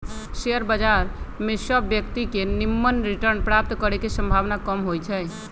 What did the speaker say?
share बजार में सभ व्यक्तिय के निम्मन रिटर्न प्राप्त करे के संभावना कम होइ छइ